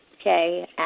Okay